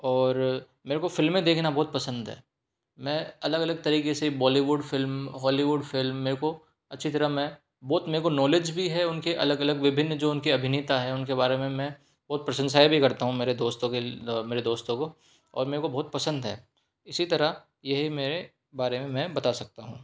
और मेरे को फिल्में देखना बहुत पसंद है मैं अलग अलग तरीके से बॉलीवुड फिल्म हॉलीवुड फिल्म मेरे को अच्छी तरह मैं बहुत मेरे को नॉलेज भी है उनके अलग अलग विभिन्न जो उनके अभिनेता हैं उनके बारे में मैं बहुत प्रशंसाएं भी करता हूँ मेरे दोस्तों के मेरे दोस्तों को और मेरे को बहुत पसंद है इसी तरह यही मेरे बारे में मैं बता सकता हूँ